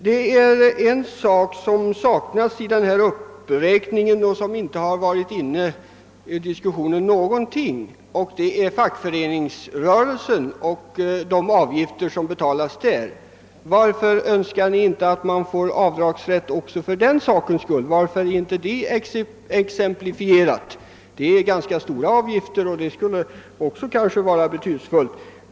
Det är en sak som inte finns med i denna uppräkning som alls inte varit uppe i diskussionen. Jag avser här fackföreningsrörelsen och de avgifter som där betalas. Varför önskar ni inte införa avdragsrätt också för denna avgift? Varför är inte sådan avdragsrätt exemplifierad?